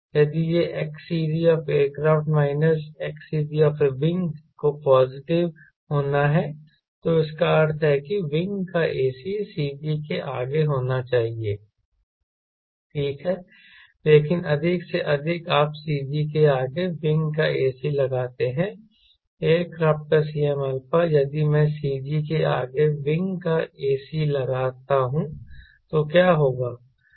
यदि यह XCGac XacW को पॉजिटिव होना है तो इसका अर्थ है कि विंग का ac CG के आगे होना चाहिए ठीक है लेकिन अधिक से अधिक आप CG के आगे विंग का ac लगाते हैं एयरक्राफ्ट का Cmα यदि मैं CG के आगे विंग का ac लगाता हूं तो क्या होगा